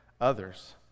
others